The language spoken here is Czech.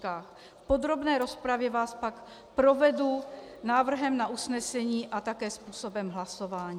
V podrobné rozpravě vás pak provedu návrhem na usnesení a také způsobem hlasování.